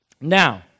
Now